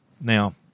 Now